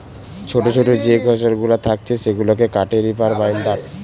ছোটো ছোটো যে ফসলগুলা থাকছে সেগুলাকে কাটে রিপার বাইন্ডার